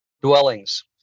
dwellings